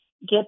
get